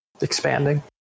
Expanding